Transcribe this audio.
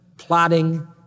plotting